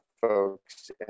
folks